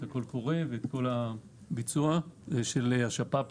את הקול קורא ואת כל הביצוע של השפ"פים,